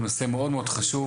הוא נושא מאוד מאוד חשוב,